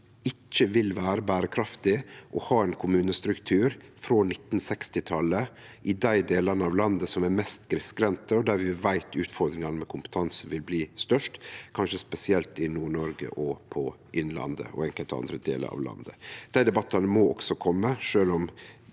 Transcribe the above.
vil vere berekraftig å ha ein kommunestruktur frå 1960-talet i dei delane av landet som er mest grissgrendte, og der vi veit utfordringane med kompetanse vil bli størst – kanskje spesielt i Nord-Noreg, i Innlandet og i enkelte andre delar av landet. Dei debattane må også kome sjølv om det ikkje er hyggeleg